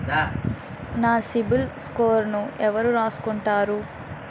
నా సిబిల్ స్కోరును ఎవరు రాసుకుంటారు